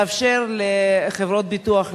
לאפשר לחברות ביטוח,